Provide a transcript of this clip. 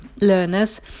learners